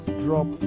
drop